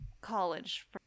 College